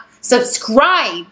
subscribe